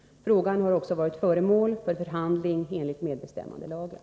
Frågan har också varit föremål för förhandling enligt medbestämmandelagen.